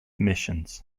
missions